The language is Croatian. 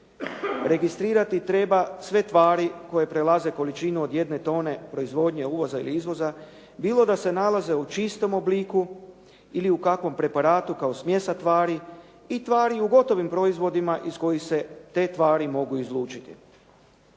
Registrirati treba sve tvari koje prelaze količinu od jedne tone proizvodnje uvoza ili izvoza, bilo da se nalaze u čistom obliku, ili u kakvom preparatu kao smjesa tvari i tvari u gotovim proizvodima iz kojih se te tvari mogu izlučiti.